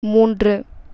மூன்று